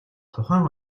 тухайн